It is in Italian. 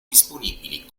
disponibili